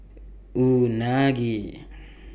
Unagi